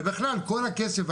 ובכלל כל הכסף,